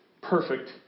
perfect